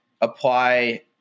apply